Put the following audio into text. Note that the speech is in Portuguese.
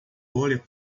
olha